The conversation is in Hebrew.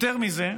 יותר מזה,